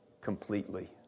completely